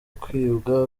kwibwa